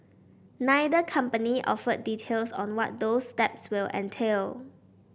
neither company offered details on what those steps will entail